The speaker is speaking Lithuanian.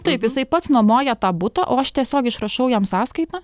taip jisai pats nuomoja tą butą o aš tiesiog išrašau jam sąskaitą